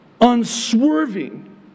unswerving